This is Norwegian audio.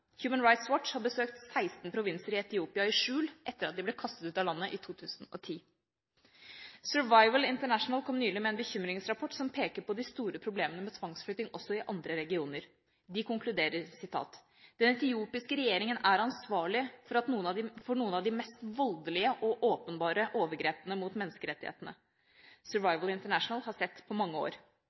Human Rights Watch har besøkt 16 provinser i Etiopia i skjul etter at de ble kastet ut av landet i 2010. Survival International kom nylig med en bekymringsrapport som peker på de store problemene med tvangsflytting også i andre regioner. De konkluderer: Den etiopiske regjeringen er ansvarlig for noen av de mest voldelige og åpenbare overgrepene mot menneskerettigheter Survival International har sett på mange år.